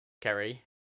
Kerry